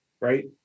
right